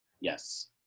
Yes